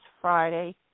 Friday